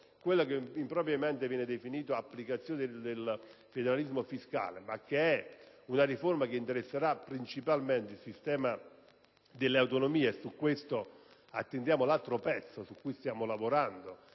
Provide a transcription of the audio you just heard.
quella che impropriamente viene definita una applicazione del federalismo fiscale, ma che è una riforma che interesserà principalmente il sistema delle autonomie (e attendiamo l'altro pezzo, su cui stiamo lavorando: